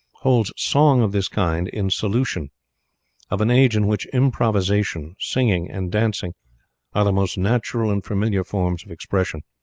holds song of this kind in solution of an age in which improvisation, singing, and dancing are the most natural and familiar forms of expression.